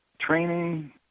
training